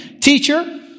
Teacher